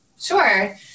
Sure